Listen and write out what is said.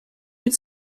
mit